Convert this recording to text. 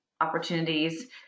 opportunities